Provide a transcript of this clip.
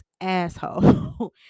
asshole